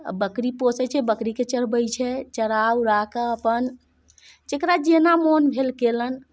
आ बकरी पोसै छै बकरीके चरबै छै चरा उरा कऽ अपन जकरा जेना मोन भेल कयलनि